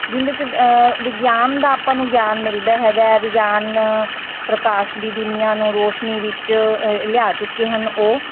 ਜਿਹਦੇ 'ਚ ਵਿਗਿਆਨ ਦਾ ਆਪਾਂ ਨੂੰ ਗਿਆਨ ਮਿਲਦਾ ਹੈਗਾ ਵਿਗਿਆਨ ਪ੍ਰਕਾਸ਼ ਦੀ ਦੁਨੀਆਂ ਨੂੰ ਰੌਸ਼ਨੀ ਵਿੱਚ ਲਿਆ ਚੁੱਕੇ ਹਨ ਉਹ